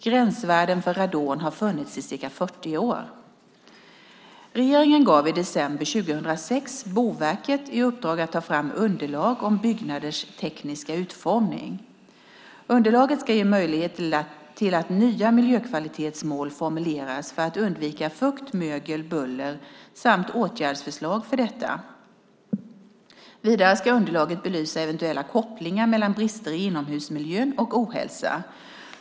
Gränsvärden för radon har funnits i ca 40 år. Regeringen gav i december 2006 Boverket i uppdrag att ta fram underlag om byggnaders tekniska utformning. Underlaget ska ge möjlighet till att nya miljökvalitetsmål formuleras för att undvika fukt, mögel och buller samt åtgärdsförslag för detta. Vidare ska underlaget belysa eventuella kopplingar mellan brister i inomhusmiljön och ohälsa.